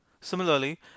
Similarly